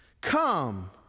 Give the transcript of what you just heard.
come